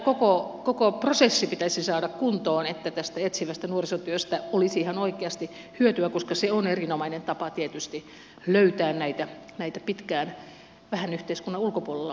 tämä koko prosessi pitäisi saada kuntoon että tästä etsivästä nuorisotyöstä olisi ihan oikeasti hyötyä koska se on erinomainen tapa tietysti löytää näitä pitkään vähän yhteiskunnan ulkopuolella olleita nuoria